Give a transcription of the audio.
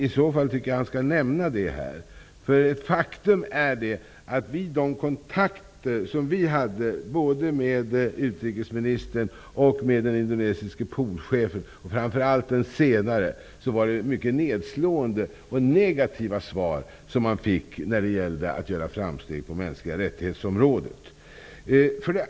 I så fall tycker jag att statsrådet skall nämna det. Vid de kontakter som vi hade både med utrikesministern och med den indonesiska poolchefen -- framför allt med den sistnämnda -- var svaren mycket nedslående och negativa när det gäller framstegen på de mänskliga rättighetsområdet.